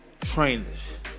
trainers